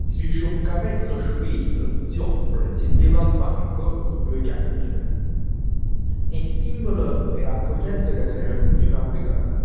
Si dic 'o cafè è sospeso. Si offre. Si beve a banco cu doje chiacchiere. È simbolo d'accoglienza ca tenen tutt 'e napulitan.